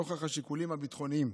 נוכח השיקולים הביטחוניים.